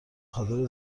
خاطر